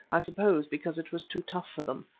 i suppose because it was too tough for them.